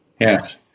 yes